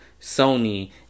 Sony